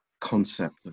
concept